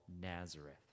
Nazareth